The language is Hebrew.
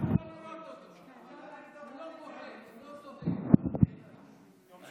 אתה